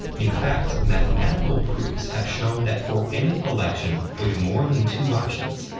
in fact, mathematical proofs have shown that for any election with more than two options,